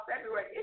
February